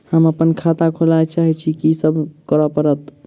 हम अप्पन खाता खोलब चाहै छी की सब करऽ पड़त?